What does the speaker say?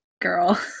girl